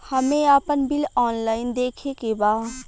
हमे आपन bill online देखे के बा?